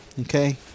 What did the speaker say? okay